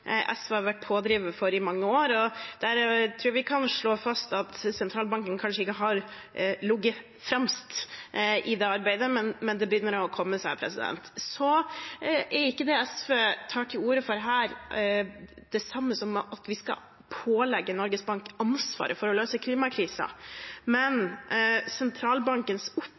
SV har vært pådriver for i mange år. Jeg tror vi kan slå fast at sentralbanken kanskje ikke har ligget fremst i det arbeidet, men det begynner å komme seg. Så er ikke det SV tar til orde for her, det samme som at vi skal pålegge Norges Bank ansvaret for å løse klimakrisen, men sentralbankens